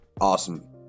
Awesome